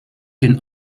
den